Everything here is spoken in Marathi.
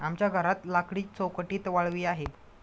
आमच्या घरात लाकडी चौकटीत वाळवी आहे